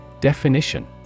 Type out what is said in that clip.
Definition